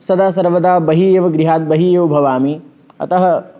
सदा सर्वदा बहिः एव गृहात् बहिः एव भवामि अतः